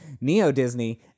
Neo-Disney